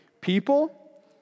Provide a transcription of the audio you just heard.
people